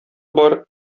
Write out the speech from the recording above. бар